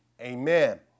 Amen